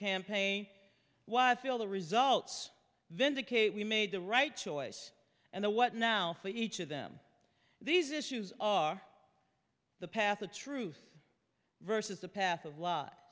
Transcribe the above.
campaign why i feel the results vindicate we made the right choice and the what now for each of them these issues the path the truth versus the path of l